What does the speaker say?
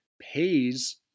pays